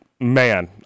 Man